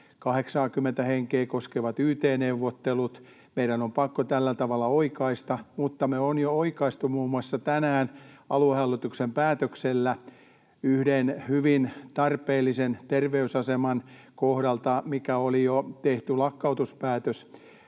80:tä henkeä koskevat yt-neuvottelut. Meidän on pakko tällä tavalla oikaista. Mutta me on jo oikaistu muun muassa tänään aluehallituksen päätöksellä yhden hyvin tarpeellisen terveysaseman kohdalta, mille oli jo tehty lakkautuspäätös.